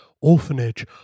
orphanage